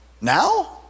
Now